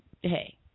hey